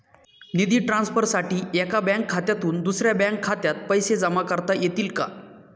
निधी ट्रान्सफरसाठी एका बँक खात्यातून दुसऱ्या बँक खात्यात पैसे जमा करता येतील का?